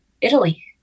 Italy